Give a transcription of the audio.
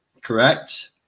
correct